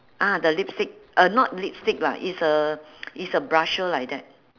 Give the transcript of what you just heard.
ah the lipstick uh not lipstick ah is a is a brusher like that